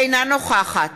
אינה נוכחת